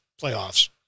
playoffs